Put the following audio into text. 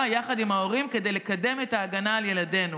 יחד עם ההורים כדי לקדם את ההגנה על ילדינו.